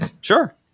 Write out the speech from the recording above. Sure